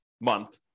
month